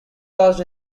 caused